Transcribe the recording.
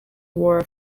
wore